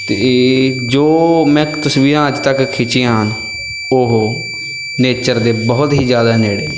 ਅਤੇ ਜੋ ਮੈਂ ਤਸਵੀਰਾਂ ਅੱਜ ਤੱਕ ਖਿੱਚੀਆਂ ਹਨ ਉਹ ਨੇਚਰ ਦੇ ਬਹੁਤ ਹੀ ਜ਼ਿਆਦਾ ਨੇੜੇ